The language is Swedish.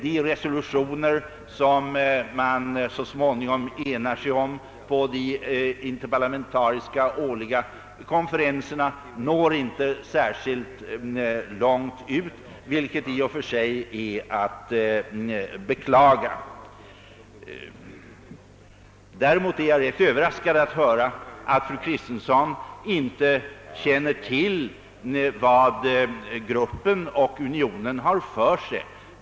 De resolutioner som man så småningom enar sig om på de årliga interparlamentariska konferenserna når inte särskilt långt ut, vilket i och för sig är att beklaga. Däremot är jag rätt överraskad över att höra att fru Kristensson inte känner till vad gruppen och unionen har för sig.